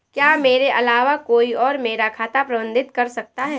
क्या मेरे अलावा कोई और मेरा खाता प्रबंधित कर सकता है?